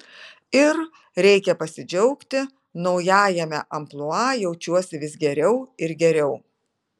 ir reikia pasidžiaugti naujajame amplua jaučiuosi vis geriau ir geriau